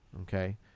Okay